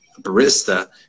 barista